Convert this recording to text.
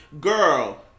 Girl